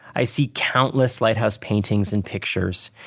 i see countless lighthouse paintings and pictures,